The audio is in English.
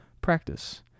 practice